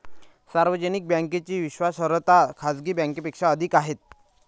सार्वजनिक बँकेची विश्वासार्हता खाजगी बँकांपेक्षा अधिक आहे